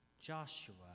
Joshua